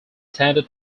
tended